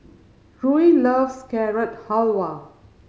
Ruie loves Carrot Halwa